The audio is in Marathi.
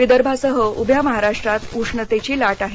विदर्भासह उभ्या महाराष्ट्रात उष्णतेची लाट आहे